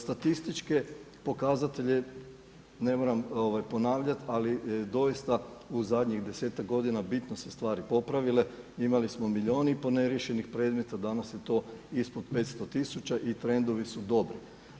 Statističke pokazatelje, ne moram ponavljati, ali doista u zadnjih 10-tak godina bitno su se stvari popravile, imali smo milijun i pol neriješenih predmeta, danas je to ispod 500000 i trendovi su dobri.